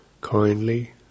kindly